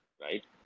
Right